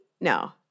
No